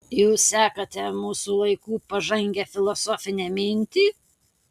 jūs sekate mūsų laikų pažangią filosofinę mintį